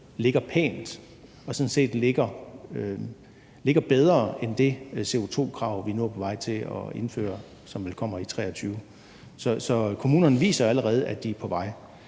ligger over det krav om CO2-reduktion, vi nu er på vej til at indføre, og som vel kommer i 2023. Så kommunerne viser allerede, at de er på vej.